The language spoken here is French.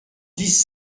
dix